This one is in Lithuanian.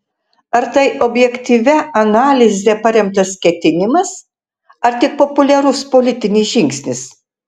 ar tai objektyvia analize paremtas ketinimas ar tik populiarus politinis žingsnis